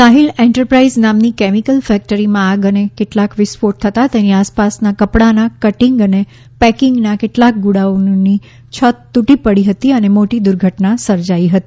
Sahil enterprise નામની chemical ફેક્ટરીમાં આગ અને કેટલાક વિસ્ફોટ થતાં તેની આસપાસના કપડાના કટિંગ અને પેકિંગના કેટલાક ગોડાઉનોની છત તૂટી પડી અને મોટી દુર્ઘટના સર્જાઇ હતી